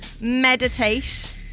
Meditate